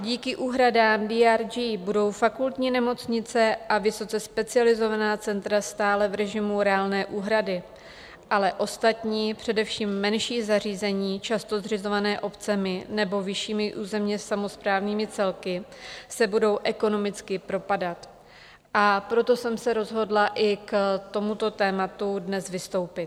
Díky úhradám DRG budou fakultní nemocnice a vysoce specializovaná centra stále v režimu reálné úhrady, ale ostatní, především menší zařízení často zřizovaná obcemi nebo vyššími územně samosprávnými celky, se budou ekonomicky propadat, a proto jsem se rozhodla i k tomuto tématu dnes vystoupit.